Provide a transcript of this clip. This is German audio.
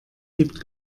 übt